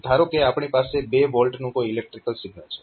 ધારો કે આપણી પાસે 2 V નું કોઈ ઈલેક્ટ્રીકલ સિગ્નલ છે